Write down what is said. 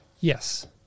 yes